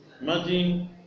imagine